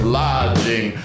lodging